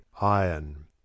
Iron